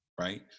Right